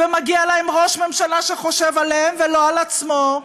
ומגיע להם ראש ממשלה שחושב עליהם, ולא על עצמו,